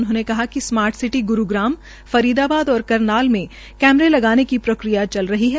उन्होंने कहा कि स्मार्ट सिटी ग्रूग्राम फरीदाबाद और करनाल में कैमरे लगाने की प्रक्रिया चल रही है